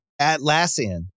Atlassian